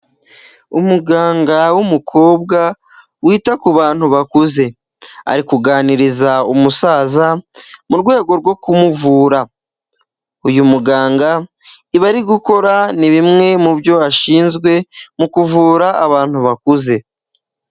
Umuganga w'umukobwa, wita ku bantu bakuze. Ari kuganiriza umusaza, mu rwego rwo kumuvura. Uyu muganga, ibi ari gukora ni bimwe mu byo ashinzwe, mu kuvura abantu bakuze.